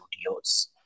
studios